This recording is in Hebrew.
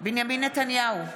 בנימין נתניהו,